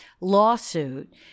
lawsuit